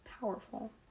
powerful